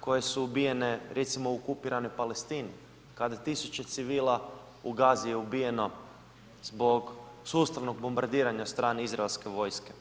koje su ubijene recimo u okupiranoj Palestini kada je tisuće civila u Gazi je ubijeno zbog sustavnog bombardiranja sa strane izraelske vojske.